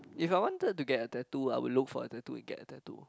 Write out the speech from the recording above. if I wanted to get a tattoo I would look for a tattoo to get a tattoo